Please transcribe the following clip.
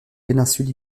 péninsule